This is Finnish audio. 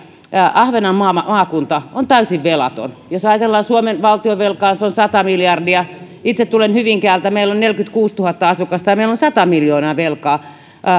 ahvenanmaan maakunta on täysin velaton jos ajatellaan suomen valtionvelkaa se on sata miljardia itse tulen hyvinkäältä meillä on neljäkymmentäkuusituhatta asukasta ja meillä on sata miljoonaa velkaa kun